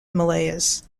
himalayas